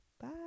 bye